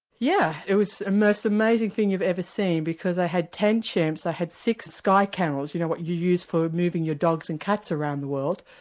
yeah it was the most amazing thing you've ever seen because i had ten chimps, i had six sky kennels, you know what you use for moving your dogs and cats around the world,